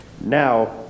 now